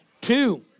Two